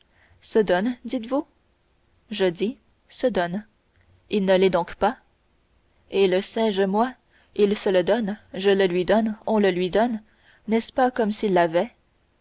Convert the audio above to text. se donne dites-vous je dis se donne il ne l'est donc pas eh le sais-je moi il se le donne je le lui donne on le lui donne n'est-ce pas comme s'il l'avait